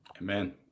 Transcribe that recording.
Amen